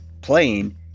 Playing